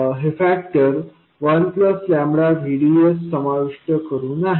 हे factor 1 VDS समाविष्ट करून आहे